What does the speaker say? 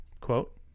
Quote